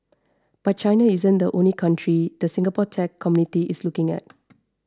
but China isn't the only country the Singapore tech community is looking at